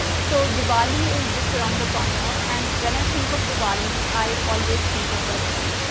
so diwali is just around the corner and when i think of diwali, i always think of burfi.